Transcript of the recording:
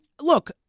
look